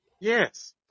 Yes